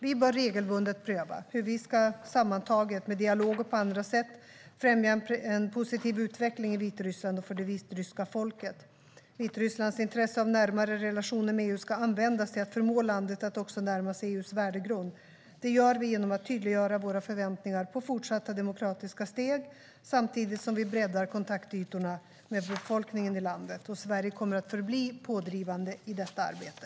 Vi bör regelbundet pröva hur vi sammantaget, med dialog och på andra sätt, ska främja en positiv utveckling i Vitryssland och för det vitryska folket. Vitrysslands intresse av närmare relationer med EU ska användas till att förmå landet att också närma sig EU:s värdegrund. Det gör vi genom att tydliggöra våra förväntningar på fortsatta demokratiska steg samtidigt som vi breddar kontaktytorna med befolkningen i landet. Sverige kommer att förbli pådrivande i detta arbete.